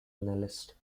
analyst